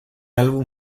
álbum